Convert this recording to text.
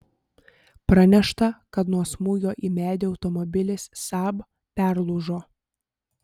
pranešta kad nuo smūgio į medį automobilis saab perlūžo